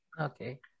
Okay